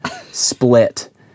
split